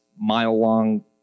mile-long